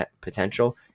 potential